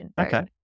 Okay